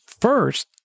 first